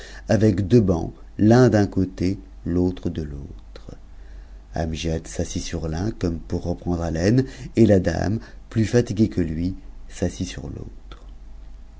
avec dcuxbaucs l'un d'un côte l'autre de l'autre amgiad s'assit sur l'un comme pour reprendre haleine et la dame plus fatiguée que lui s'assit sur t'autro